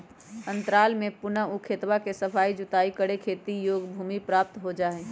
अंतराल में पुनः ऊ खेतवा के सफाई जुताई करके खेती योग्य भूमि प्राप्त हो जाहई